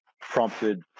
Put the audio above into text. prompted